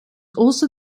also